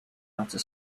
outer